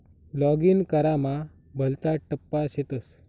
login करामा भलता टप्पा शेतस